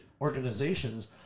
organizations